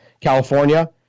california